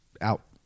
out